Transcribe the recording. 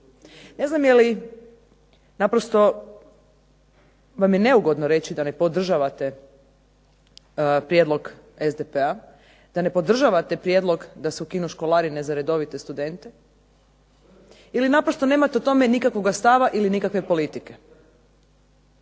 Ne znam jeli naprosto vam je neugodno reći da ne podržavate prijedlog SDP-a, da ne podržavate prijedlog da se ukinu školarine za redovite studente ili naprosto nemate o tome nikakvoga stava ili nikakve politike.